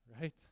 right